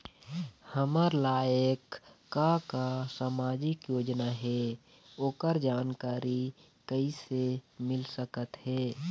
हमर लायक का का सामाजिक योजना हे, ओकर जानकारी कइसे मील सकत हे?